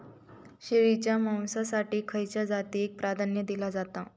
शेळीच्या मांसाएसाठी खयच्या जातीएक प्राधान्य दिला जाता?